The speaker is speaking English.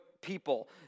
people